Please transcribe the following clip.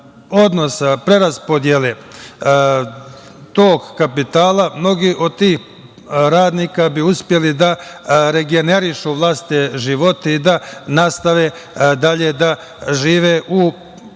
odnosa, preraspodele tog kapitala, mnogi od tih radnika bi uspeli da regenerišu vlastite živote i da nastave dalje da žive u